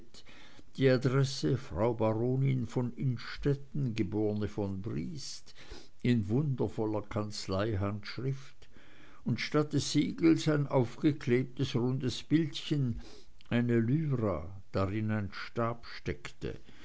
die adresse frau baronin von innstetten geb von briest in wundervoller kanzleihandschrift und statt des siegels ein aufgeklebtes rundes bildchen eine lyra darin ein stab steckte